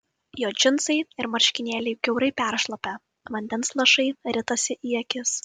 jo džinsai ir marškinėliai kiaurai peršlapę vandens lašai ritasi į akis